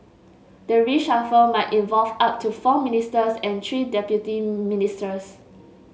the reshuffle might involve up to four ministers and three deputy ministers